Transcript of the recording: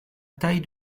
taille